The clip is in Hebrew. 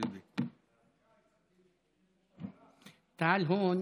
תעאל להון